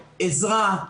עזרה,